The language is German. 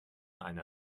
eine